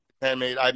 handmade